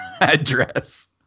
address